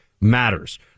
matters